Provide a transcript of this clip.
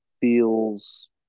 feels